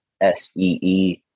S-E-E